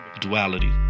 duality